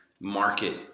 market